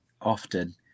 often